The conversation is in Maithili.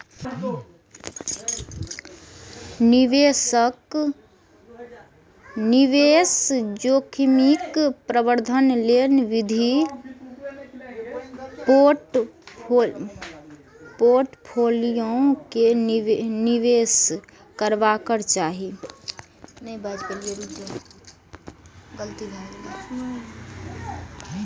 निवेश जोखिमक प्रबंधन लेल विविध पोर्टफोलियो मे निवेश करबाक चाही